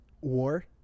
war